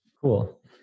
Cool